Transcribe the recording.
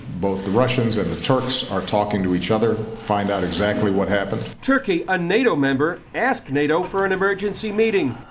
both the russians and the turks are talking to each other, to find out exactly what happened. chris turkey, a nato member, asked nato for an emergency meeting.